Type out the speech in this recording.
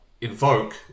Invoke